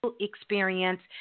experience